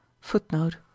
Footnote